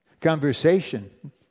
conversation